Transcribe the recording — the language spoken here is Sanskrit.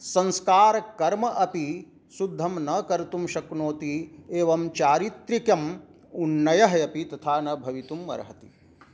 संस्कारकर्म अपि सुद्धं न कर्तुं शक्नोति एवं चारित्रिकम् उन्नयः अपि तथा न भवितुमर्हति